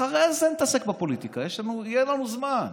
אחרי זה נתעסק בפוליטיקה, יהיה לנו זמן.